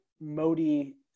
Modi